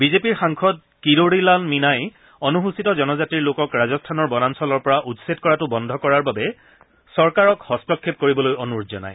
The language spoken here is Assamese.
বিজেপিৰ সাংসদ কিৰোডীলাল মীনাই অনুসূচিত জনজাতিৰ লোকক ৰাজস্থানৰ বনাঞ্চলৰ পৰা উচ্ছেদ কৰাটো বন্ধ কৰাৰ বাবে চৰকাৰক হস্তক্ষেপ কৰিবলৈ অনুৰোধ জনায়